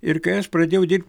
ir kai aš pradėjau dirbt